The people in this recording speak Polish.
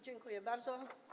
Dziękuję bardzo.